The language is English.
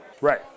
Right